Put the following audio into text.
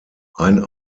ein